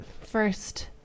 first